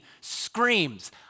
screams